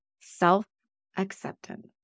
self-acceptance